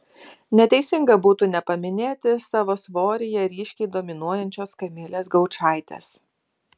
neteisinga būtų nepaminėti savo svoryje ryškiai dominuojančios kamilės gaučaitės